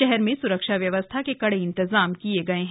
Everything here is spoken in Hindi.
शहर में स्रक्षा व्यवस्था के कड़े इंतजाम किए गए हैं